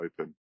open